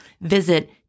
Visit